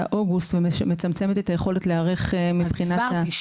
אוגוסט ומצמצמת את היכולת להיערך מבחינת --- הסברתי,